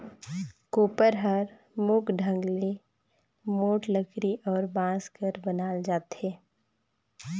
कोपर हर मुख ढंग ले मोट लकरी अउ बांस कर बनाल जाथे